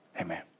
Amen